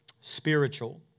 spiritual